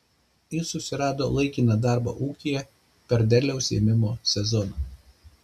jis susirado laikiną darbą ūkyje per derliaus ėmimo sezoną